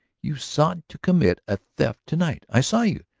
you sought to commit a theft to-night, i saw you,